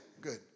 good